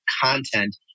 content